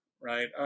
right